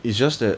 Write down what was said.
it's just that